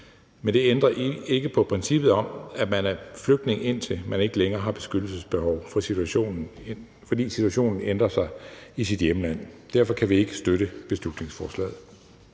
men det ændrer ikke på princippet om, at man er flygtning, indtil man ikke længere har beskyttelsesbehov, fordi situationen ændrer sig i ens hjemland. Derfor kan vi ikke støtte beslutningsforslaget.